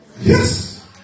Yes